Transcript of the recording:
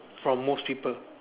from most people